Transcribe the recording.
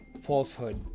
falsehood